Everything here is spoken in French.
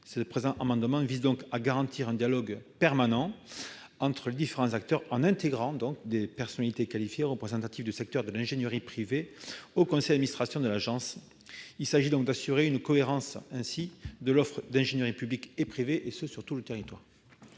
Le présent amendement vise donc à garantir un dialogue permanent entre les différents acteurs, en intégrant des personnalités qualifiées représentatives du secteur de l'ingénierie privée au conseil d'administration de l'agence nationale de la cohésion des territoires. Il s'agit ainsi d'assurer une cohérence de l'offre d'ingénierie publique et privée sur tous les territoires.